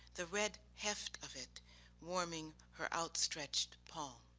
the red heft of it warming her outstretched paw.